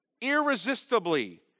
irresistibly